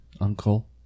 uncle